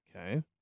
Okay